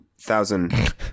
thousand